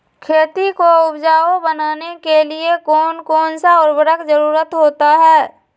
खेती को उपजाऊ बनाने के लिए कौन कौन सा उर्वरक जरुरत होता हैं?